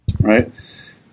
right